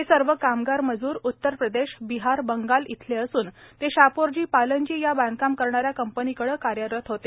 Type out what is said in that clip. हे सर्व कामगार मजूर उतर प्रदेश बिहार बंगाल येथील असून ते शापोरजी पालनजी बांधकाम करणाऱ्या कंपनीकडे कार्यरत होते